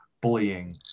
bullying